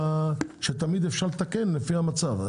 שתמיד אפשר לתקן לפי המצב.